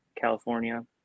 California